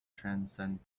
transcend